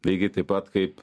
lygiai taip pat kaip